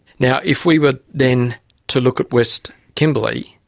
now, if we were then to look at west kimberley,